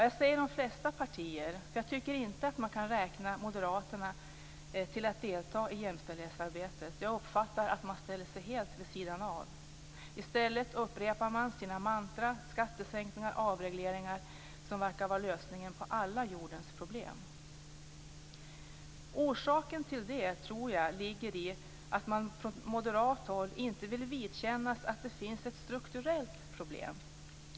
Jag säger "de flesta partier", för jag tycker inte att man kan räkna Moderaterna till dem som deltar i jämställdhetsarbetet. Jag uppfattar att man ställer sig helt vid sidan av. I stället upprepar man sina mantran: skattesänkningar och avregleringar, som verkar vara lösningen på alla jordens problem. Orsaken till det tror jag ligger i att man från moderat håll inte vill vidkännas att det finns ett strukturellt problem.